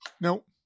Nope